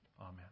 amen